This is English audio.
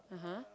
(uh huh)